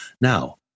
now